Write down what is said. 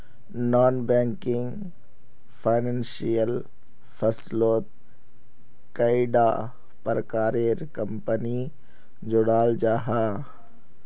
Non banking financial फसलोत कैडा प्रकारेर कंपनी जुराल जाहा?